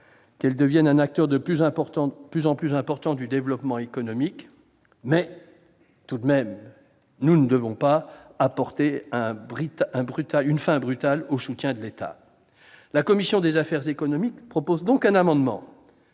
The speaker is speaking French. qu'elles deviennent un acteur de plus en plus important du développement économique. Tout de même, nous ne devons pas mettre un terme brutal au soutien de l'État ! La commission des affaires économiques a donc déposé un amendement